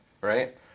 Right